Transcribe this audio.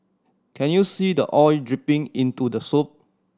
can you see the oil dripping into the soup